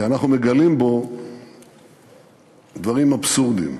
כי אנחנו מגלים בו דברים אבסורדיים.